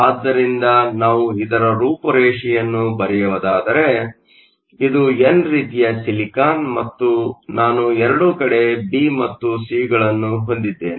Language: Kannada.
ಆದ್ದರಿಂದ ನಾವು ಇದರ ರೂಪುರೇಷೆಯನ್ನು ಬರೆಯುವುದಾದರೆ ಇದು ಎನ್ ರೀತಿಯ ಸಿಲಿಕಾನ್ ಮತ್ತು ನಾನು ಎರಡೂ ಕಡೆ ಬಿ ಮತ್ತು ಸಿಗಳನ್ನು ಹೊಂದಿದ್ದೇನೆ